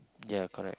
ya correct